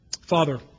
Father